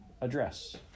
Address